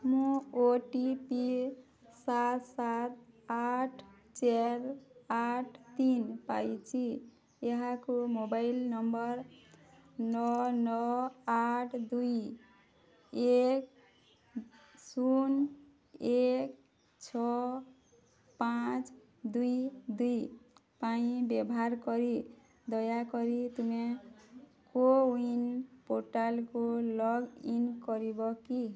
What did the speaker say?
ମୁଁ O T P ସାତ ସାତ ଆଠ ଚାରି ଆଠ ତିନ ପାଇଛି ଏହାକୁ ମୋବାଇଲ୍ ନମ୍ବର୍ ନଅ ନଅ ଆଠ ଦୁଇ ଏକ ଶୂନ ଏକ ଛଅ ପାଞ୍ଚ ଦୁଇ ଦୁଇ ପାଇଁ ବ୍ୟବହାର କରି ଦୟାକରି ତୁମେ କୋୱିନ୍ ପୋର୍ଟାଲକୁ ଲଗ୍ଇନ୍ କରିବ କି